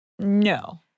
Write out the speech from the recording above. No